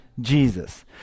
Jesus